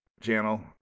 channel